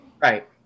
Right